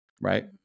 right